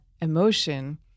emotion